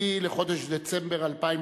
עדיין,